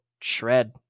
shred